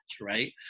Right